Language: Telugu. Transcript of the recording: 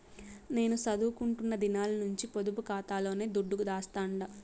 నేను సదువుకుంటున్న దినాల నుంచి పొదుపు కాతాలోనే దుడ్డు దాస్తండా